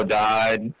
died